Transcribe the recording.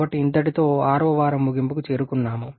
కాబట్టి ఇంతటితో 6వ వారం ముగింపుకు చేరుకున్నాము